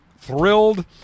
thrilled